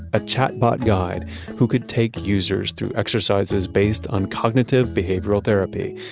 a chatbot guide who could take users through exercises based on cognitive behavioral therapy,